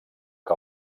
que